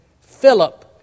Philip